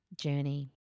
journey